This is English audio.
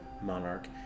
monarch